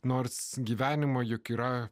nors gyvenimo juk yra